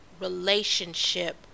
relationship